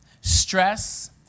stress